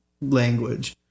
language